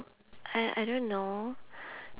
I I don't know